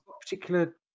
particular